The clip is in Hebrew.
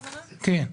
כן.